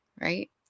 right